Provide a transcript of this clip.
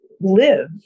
live